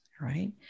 right